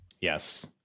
Yes